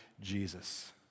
Jesus